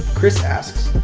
chris asks,